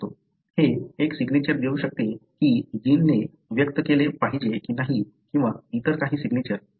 हे एक सिग्नेचर देऊ शकते की जीनने व्यक्त केले पाहिजे की नाही किंवा इतर काही सिग्नेचर बरोबर